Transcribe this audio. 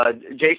Jason